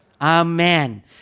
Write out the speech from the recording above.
Amen